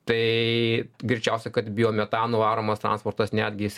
tai greičiausia kad biometanu varomas transportas netgi jis